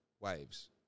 waves